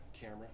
camera